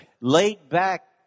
laid-back